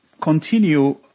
continue